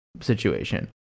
situation